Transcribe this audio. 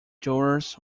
jurors